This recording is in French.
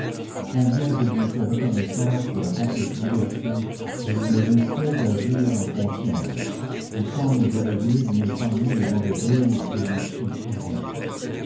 combien je lui étais reconnaissante de la complète liberté qu'elle me laissait d'agir en conscience et comme j'aurais voulu lui épargner les mauvais jours qu'elle eut si souvent